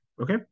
Okay